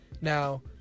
now